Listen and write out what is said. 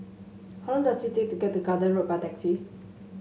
how long does it take to get to Garden Road by taxi